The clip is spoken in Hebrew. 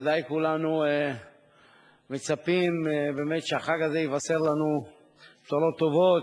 ודאי כולנו מצפים שהחג הזה יבשר לנו בשורות טובות.